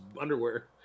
underwear